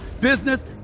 business